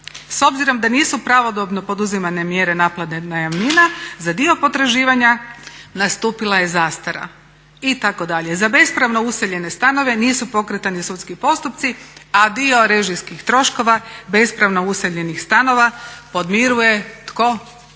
S obzirom da nisu pravodobno poduzimane mjere naplate najamnina za dio potraživanja nastupila je zastara itd. Za bespravno useljene stanove nisu pokretani sudski postupci, a dio režijskih troškova bespravno useljenih stanova podmiruje tko?